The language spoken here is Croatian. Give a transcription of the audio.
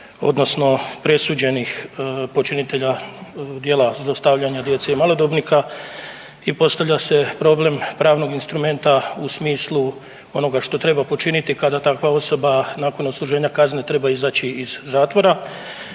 odnosno presuđenih počinitelja dijela zlostavljena djece i malodobnika. I postavlja se problem pravnog instrumenta u smislu onoga što treba počiniti kada takva osoba nakon odsluženja kazne treba izaći iz zatvora.